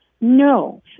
no